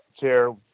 chair